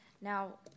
Now